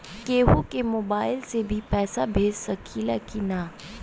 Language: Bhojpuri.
केहू के मोवाईल से भी पैसा भेज सकीला की ना?